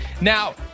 Now